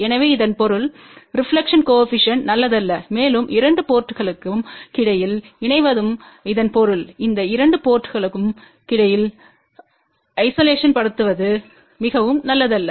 எனவே இதன் பொருள் ரெப்லக்க்ஷன் கோஏபிசிஎன்ட் நல்லதல்ல மேலும் இரண்டு போர்ட்ங்களுக் கிடையில் இணைவதும் இதன் பொருள் இந்த இரண்டு போர்ட்ங்களுக் கிடையில் ஐசோலேஷன்ப்படுத்துவது மிகவும் நல்லதல்ல